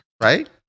Right